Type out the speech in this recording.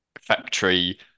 factory